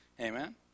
Amen